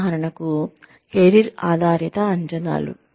ఉదాహరణకు కెరీర్ ఆధారిత అంచనాలు